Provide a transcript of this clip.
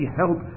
help